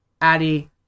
Addie